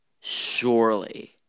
surely